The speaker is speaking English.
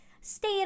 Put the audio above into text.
stay